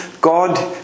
God